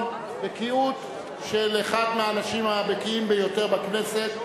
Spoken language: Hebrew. בקיאות של אחד מהאנשים הבקיאים ביותר בכנסת,